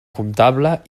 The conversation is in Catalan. comptable